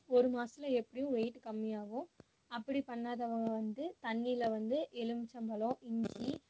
ஒரு மாசத்தில் எப்படியும் வெயிட் கம்மியாகும் அப்படி பண்ணாதவங்க வந்து தண்ணியில வந்து எலுமிச்சம் பழம் இஞ்சி